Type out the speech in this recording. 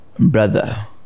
Brother